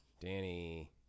Danny